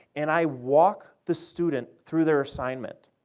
and i walk the student through their assignment.